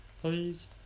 please